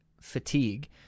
fatigue